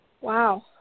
Wow